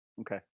Okay